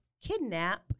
kidnap